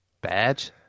Badge